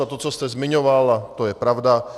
A to, co jste zmiňoval, to je pravda.